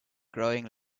growing